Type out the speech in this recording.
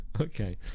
Okay